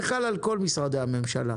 זה חל על כל משרדי הממשלה.